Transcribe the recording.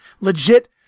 legit